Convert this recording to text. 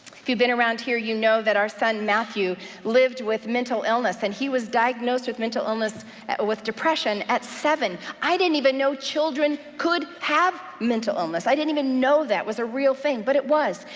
if you've been around here, you know that our son matthew lived with mental illness, and he was diagnosed with mental illness with depression at seven. i didn't even know children could have mental illness. i didn't even know that was a real thing, but it was,